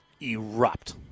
erupt